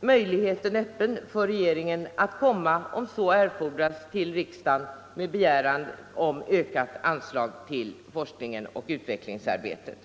möjligheten öppen för regeringen att komma — om så erfordras — till riksdagen med begäran om ökat anslag till forskningsoch utvecklingsarbetet.